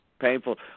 Painful